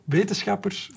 wetenschappers